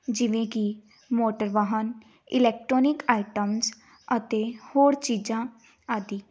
ਜਿਵੇਂ ਕਿ ਮੋਟਰ ਵਾਹਨ ਇਲੈਕਟਰੋਨਿਕ ਆਈਟਮਸ ਅਤੇ ਹੋਰ ਚੀਜ਼ਾਂ ਆਦਿ